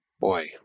Boy